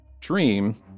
dream